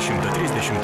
šimtą trisdešimt